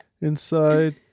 Inside